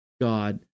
God